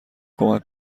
کمک